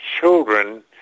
children